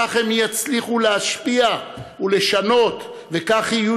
כך הם יצליחו להשפיע ולשנות וכך יהיו